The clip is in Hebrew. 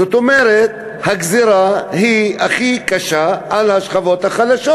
זאת אומרת, הגזירה היא הכי קשה על השכבות החלשות,